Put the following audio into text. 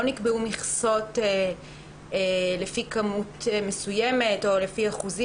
לא נקבעו מכסות לפי כמות מסוימת או לפי אחוזים